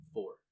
Four